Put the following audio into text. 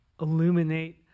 illuminate